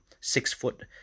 six-foot